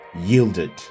yielded